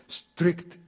strict